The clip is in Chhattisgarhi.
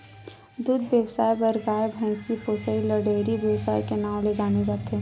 दूद बेवसाय बर गाय, भइसी पोसइ ल डेयरी बेवसाय के नांव ले जाने जाथे